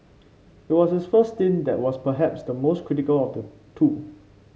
it was his first stint that was perhaps the most critical of the two